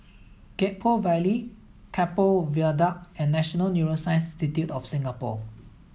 Gek Poh Ville Keppel Viaduct and National Neuroscience Institute of Singapore